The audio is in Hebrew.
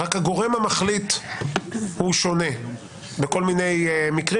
רק הגורם המחליט הוא שונה בכל מני מקרים